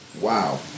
Wow